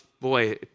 Boy